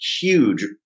huge